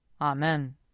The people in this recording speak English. Amen